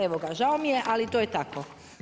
Evo ga, žao mi je ali to je tako.